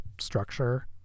structure